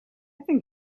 think